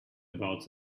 about